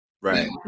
right